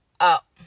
Up